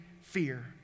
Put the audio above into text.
fear